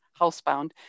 housebound